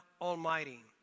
Almighty